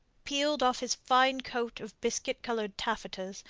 peeled off his fine coat of biscuit-coloured taffetas,